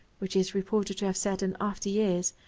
which he is reported to have said in after years,